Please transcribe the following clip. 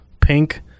pink